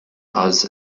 buzz